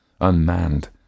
unmanned